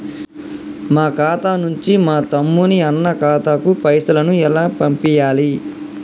మా ఖాతా నుంచి మా తమ్ముని, అన్న ఖాతాకు పైసలను ఎలా పంపియ్యాలి?